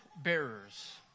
bearers